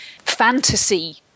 fantasy